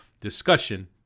discussion